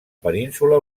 península